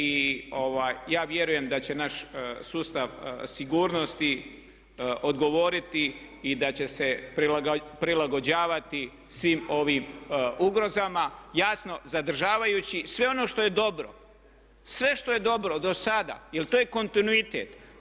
I ja vjerujem da će naš sustav sigurnosti odgovoriti i da će se prilagođavati svim ovim ugrozama, jasno zadržavajući sve ono što je dobro, sve što je dobro do sada jer to je kontinuitet.